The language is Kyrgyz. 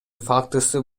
фактысы